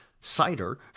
Cider